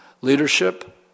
leadership